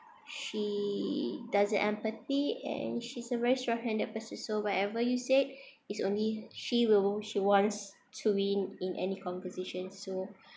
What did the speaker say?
she doesn't empathy and she's a very strong handed person so whatever you said it's only she will she wants to win in any conversation so